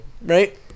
right